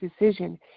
decision